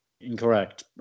incorrect